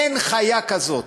אין חיה כזאת,